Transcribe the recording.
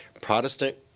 Protestant